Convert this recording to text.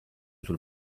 sul